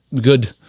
good